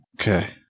Okay